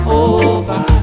over